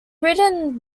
written